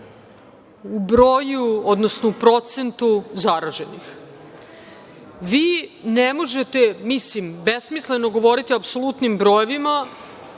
u broju, odnosno u procentu zaraženih. Vi ne možete, mislim besmisleno je govoriti o apsolutnim brojevima